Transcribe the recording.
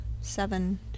seven